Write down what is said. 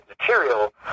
material